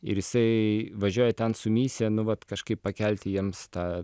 ir jisai važiuoja ten su misija nu vat kažkaip pakelti jiems tą